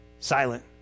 silent